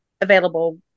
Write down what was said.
available